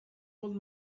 old